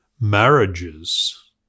marriages